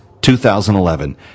2011